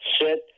sit